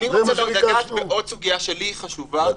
אני רוצה גם לגעת בעוד סוגיה שלי היא חשובה.